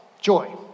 joy